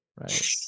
right